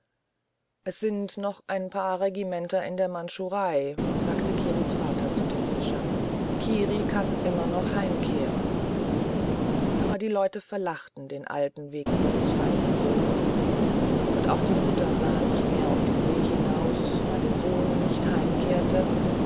es sind noch ein paar regimenter in der mandschurei sagte kiris vater zu den fischern kiri kann noch immer heimkehren aber die leute verlachten den alten wegen seines feigen sohnes und auch die mutter sah nicht mehr auf den see hinaus weil der sohn nicht heimkehrte